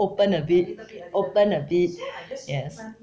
open a bit open a bit yes